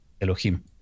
Elohim